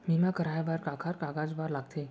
बीमा कराय बर काखर कागज बर लगथे?